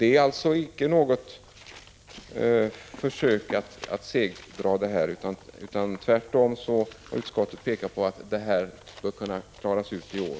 Det är alltså icke något försök att segdra detta — tvärtom har utskottet pekat på att det bör kunna klaras ut i år.